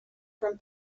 from